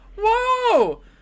Whoa